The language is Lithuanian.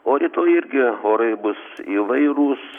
o rytoj irgi orai bus įvairūs